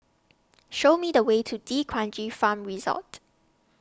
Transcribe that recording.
Show Me The Way to D'Kranji Farm Resort